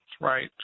right –